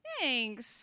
thanks